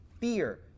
Fear